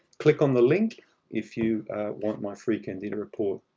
click on the link if you want my free candida report.